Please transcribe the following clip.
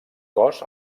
cos